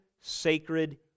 Sacred